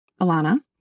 Alana